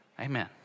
Amen